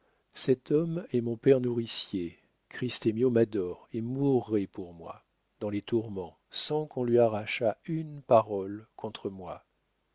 cet homme est mon père nourricier christemio m'adore et mourrait pour moi dans les tourments sans qu'on lui arrachât une parole contre moi